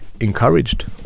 encouraged